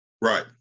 right